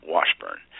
Washburn